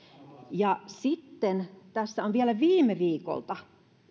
ja sitten tässä on vielä viime viikolta